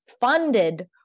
funded